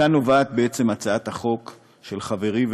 כאילו בשם איזושהי אחדות או קדושה של העם היהודי.